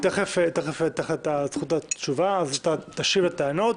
תכף אתן לך את זכות התשובה, אתה תשיב לטענות.